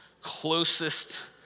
closest